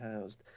housed